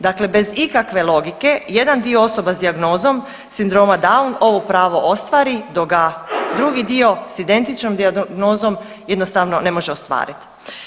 Dakle, bez ikakve logike jedan dio osoba s dijagnozom sindroma Down ovo pravo ostvari dok ga drugi dio s identičnom dijagnozom jednostavno ne može ostvarit.